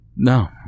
No